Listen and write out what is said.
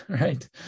right